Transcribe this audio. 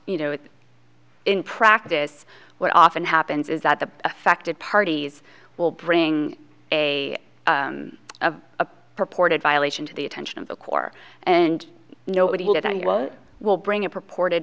you know in practice what often happens is that the affected parties will bring a of a purported violation to the attention of the corps and nobody will bring a purported